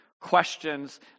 questions